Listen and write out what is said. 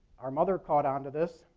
our mother caught onto this,